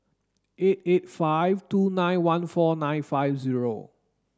eight eight five two nine one four nine five zero